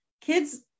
Kids